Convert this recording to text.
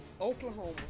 Oklahoma